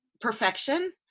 perfection